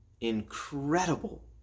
incredible